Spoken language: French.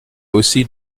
aussi